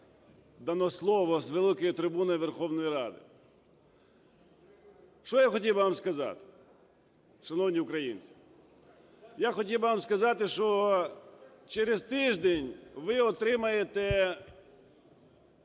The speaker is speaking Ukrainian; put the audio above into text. дано слово з великої трибуни Верховної Ради. Що я хотів би вам сказати, шановні українці. Я хотів би вам сказати, що через тиждень ви отримаєте